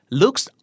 looks